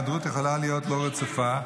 ההיעדרות יכולה להיות לא רצופה,